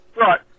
Right